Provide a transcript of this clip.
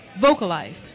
vocalized